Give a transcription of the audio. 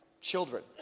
children